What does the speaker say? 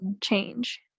change